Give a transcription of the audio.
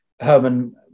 Herman